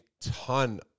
ton